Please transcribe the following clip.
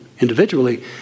individually